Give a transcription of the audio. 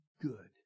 good